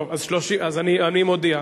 טוב, אז אני מודיע.